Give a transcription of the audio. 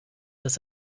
dass